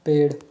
पेड़